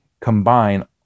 combine